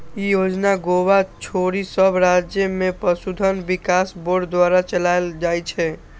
ई योजना गोवा छोड़ि सब राज्य मे पशुधन विकास बोर्ड द्वारा चलाएल जाइ छै